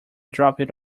dropped